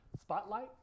spotlight